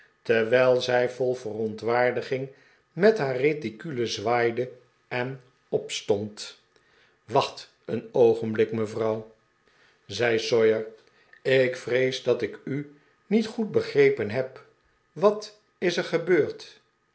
terwijl zij vol verontwaardiging met haar reticule zwaaide en opstond wacht een oogenblik mevrouw zei sawyer ik vrees dat ik u niet goed begrepen heb wat is er gebeurd